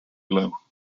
below